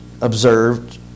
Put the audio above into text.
observed